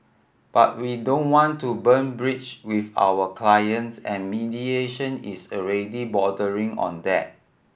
but we don't want to burn bridge with our clients and mediation is already bordering on that